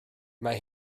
mae